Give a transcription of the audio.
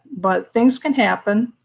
but things can happen,